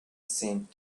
seemed